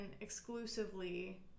exclusively